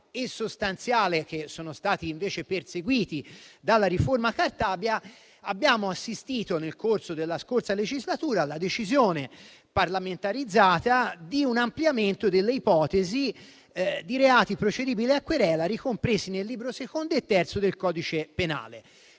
e sostanziale che sono stati invece perseguiti dalla riforma Cartabia, abbiamo assistito nel corso della scorsa legislatura alla decisione parlamentarizzata di un ampliamento delle ipotesi di reati procedibili a querela ricompresi nel libro secondo e terzo del codice penale.